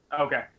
Okay